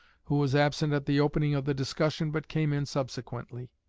who was absent at the opening of the discussion, but came in subsequently.